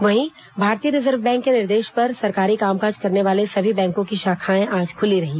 वहीं भारतीय reserve bank के निर्देश पर सरकारी कामकाज करने वाले सभी बैंकों की शाखाएं आज खुली रही